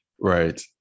right